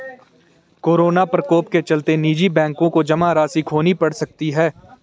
corona प्रकोप के चलते निजी बैंकों को जमा राशि खोनी पढ़ सकती है